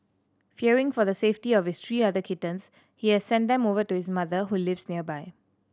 fearing for the safety of his three other kittens he has sent them over to his mother who lives nearby